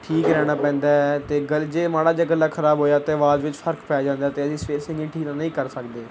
ਠੀਕ ਰਹਿਣਾ ਪੈਂਦਾ ਹੈ ਅਤੇ ਗਲ ਜੇ ਮਾੜਾ ਜਿਹਾ ਗਲਾ ਖਰਾਬ ਹੋਇਆ ਤਾਂ ਅਵਾਜ਼ ਵਿੱਚ ਫ਼ਰਕ ਪੈ ਜਾਂਦਾ ਹੈ ਅਤੇ ਅਸੀਂ ਸਿੰਗਿੰਗ ਠੀਕ ਤਰ੍ਹਾਂ ਨਹੀਂ ਕਰ ਸਕਦੇ